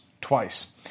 twice